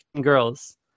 girls